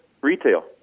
retail